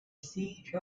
siege